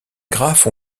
graphe